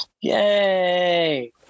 Yay